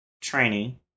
training